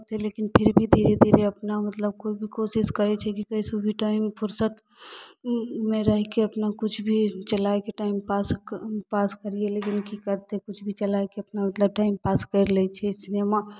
ओते लेकिन फिर भी धीरे धीरे अपना मतलब कोइ भी कोशिश करै छै कि कैसे भी टाइम फुरसत मे रैहके अपना किछु भी चलायके टाइम पास करियै लेकिन की करतै किछु भी चलायके अपना मतलब टाइम पास कैर लै छियै सिनेमा